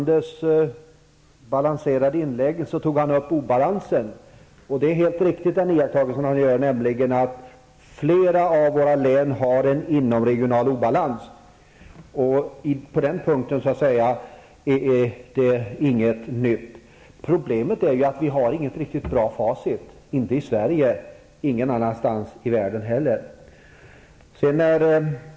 Herr talman! Gunnar Thollander tog i sitt balanserade inlägg upp obalanser, och den iakttagelse som han gör, nämligen att flera av våra län har en inomregional obalans, är helt riktig. Detta är så att säga inte något nytt. Problemet är att vi inte har något riktigt bra facit. Vi har det inte i Sverige, och något sådant finns heller inte någon annanstans i världen.